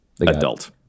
adult